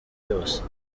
yose